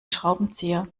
schraubenzieher